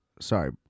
sorry